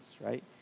right